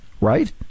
right